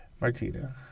Martina